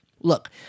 Look